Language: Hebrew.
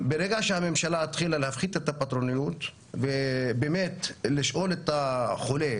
ברגע שהממשלה התחילה להפחית את הפטרוניות ובאמת לשאול את החולה,